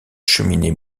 cheminée